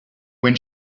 when